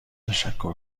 تشکر